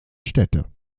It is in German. städte